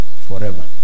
forever